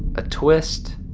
a twist